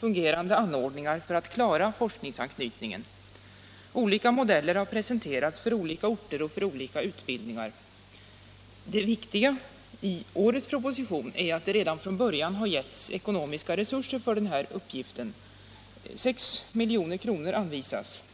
fungerande anordningar för att klara forskningsanknytningen. Olika modeller har presenterats för olika orter och för olika utbildningar. Det viktiga i årets proposition är att det redan från början har givits ekonomiska resurser för uppgiften. 6 milj.kr. anvisas i propositionen för detta ändamål.